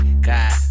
god